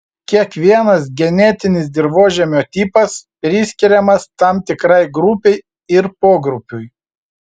kiekvienas genetinis dirvožemio tipas priskiriamas tam tikrai grupei ir pogrupiui